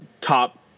top